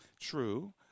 True